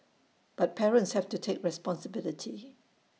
but parents have to take responsibility